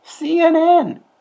CNN